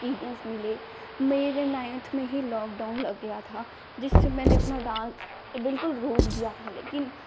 experience मिले मेरे ninth में ही लॉक़डाउन लग गया था जिससे मैंने अपना डान्स बिल्कुल रोक दिया था लेकिन